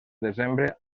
desembre